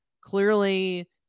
clearly